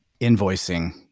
invoicing